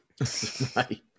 Right